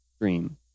dream